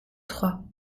trois